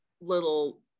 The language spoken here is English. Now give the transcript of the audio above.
little